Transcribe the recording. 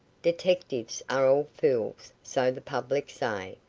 detectives are all fools, so the public say.